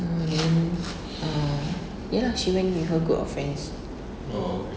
ah then uh ya lah she went with her group of friends